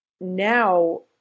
now